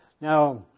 Now